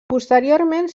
posteriorment